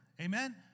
Amen